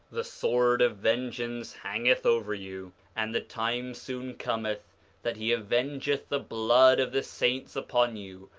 the sword of vengeance hangeth over you and the time soon cometh that he avengeth the blood of the saints upon you,